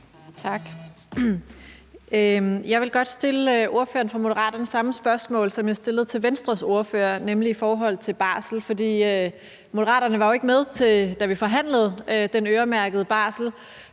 Tak. Jeg vil godt stille ordføreren for Moderaterne samme spørgsmål, som jeg stillede til Venstres ordfører, nemlig i forhold til barsel. Moderaterne var jo ikke med, da vi forhandlede den øremærkede barsel,